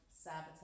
Sabotage